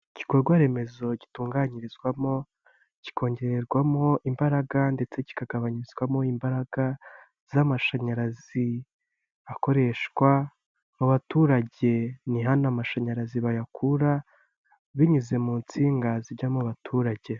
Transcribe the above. Igikorwa remezo gitunganyirizwamo kikongererwamo imbaraga ndetse kikagabanyizwamo imbaraga z'amashanyarazi akoreshwa mu baturage ni hano amashanyarazi bayakura binyuze mu nsinga zijya mu baturage.